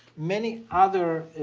many other